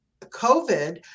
COVID